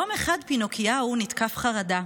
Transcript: יום אחד פינוקיהו נתקף חרדה,